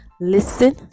listen